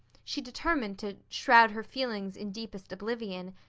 she determined to shroud her feelings in deepest oblivion,